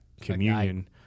communion